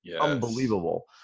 Unbelievable